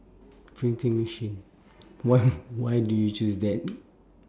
printing machine what why do you choose that